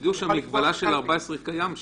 המגבלה של 14 קיימת שם.